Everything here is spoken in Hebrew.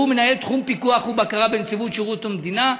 שהוא מנהל תחום פיקוח ובקרה בנציבות שירות המדינה: